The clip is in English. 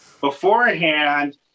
Beforehand